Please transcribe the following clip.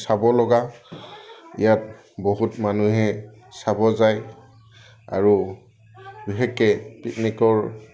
চাব লগা ইয়াক বহুত মানুহে চাব যায় আৰু বিশেষকৈ পিকনিকৰ